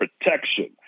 protection